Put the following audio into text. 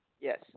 Yes